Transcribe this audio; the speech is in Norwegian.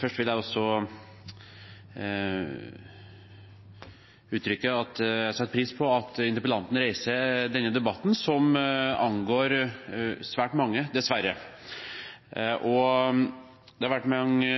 Først vil også jeg uttrykke at jeg setter pris på at interpellanten reiser denne debatten, som dessverre angår svært mange. Det har vært mange